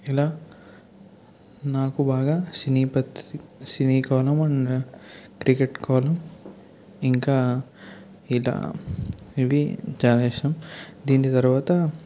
ఇలా నాకు బాగా సినీ పత్రి సినీ కాలం అండ్ టికెట్ కాలం ఇంకా ఇలా ఇవి చాలా ఇష్టం దీంది తర్వాత